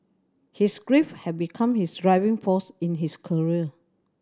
his grief had become his driving force in his career